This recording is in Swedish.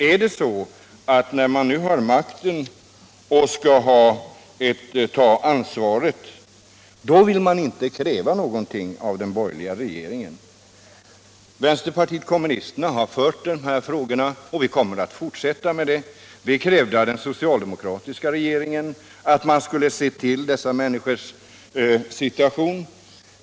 Är det så att man när man nu har makten och skall ta ansvaret inte vill kräva något av den borgerliga regeringen? Vänsterpartiet kommunisterna har drivit dessa frågor och vi kommer att fortsätta med det. Vi krävde av den socialdemokratiska regeringen att den skulle ta hänsyn till dessa människors situation.